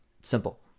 Simple